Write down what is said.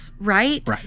Right